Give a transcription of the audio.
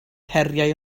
heriau